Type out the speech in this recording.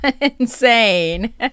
insane